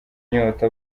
inyota